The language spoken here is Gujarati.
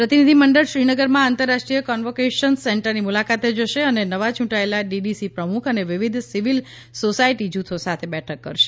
પ્રતિનિધિ મંડળ શ્રીનગરમાં આંતરરાષ્ટ્રીય કન્વોકેશન સેન્ટરની મુલાકાતે જશે અને નવા યૂંટાયેલા ડીડીસી પ્રમુખ અને વિવિધ સિવિલ સોસાયટી જૂથો સાથે બેઠક કરશે